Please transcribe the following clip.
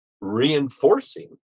reinforcing